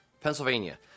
Pennsylvania